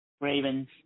Ravens